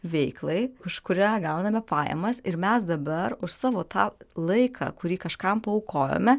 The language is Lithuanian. veiklai už kurią gauname pajamas ir mes dabar už savo tą laiką kurį kažkam paaukojome